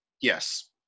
Yes